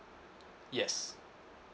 yes